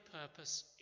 purpose